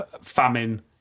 famine